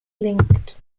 linked